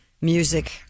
music